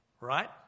right